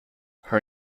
her